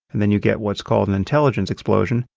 and then you get what's called an intelligence explosion,